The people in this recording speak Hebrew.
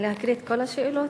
להקריא את כל השאלות?